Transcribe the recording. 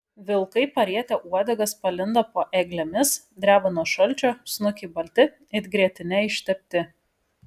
vilkai parietę uodegas palindo po eglėmis dreba nuo šalčio snukiai balti it grietine ištepti